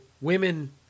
women